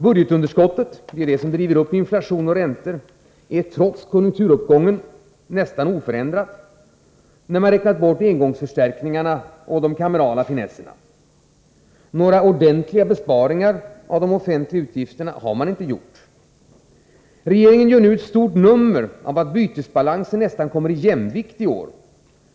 Budgetunderskottet, som driver upp inflation och räntor, är — trots konjunkturuppgången — nästan oförändrat, när engångsförstärkningar och kamerala finesser räknas bort. Några ordentliga åtstramningar av de offentliga utgifterna har inte gjorts. Regeringen gör nu ett stort nummer av att bytesbalansen nästan kommer i jämvikt i år.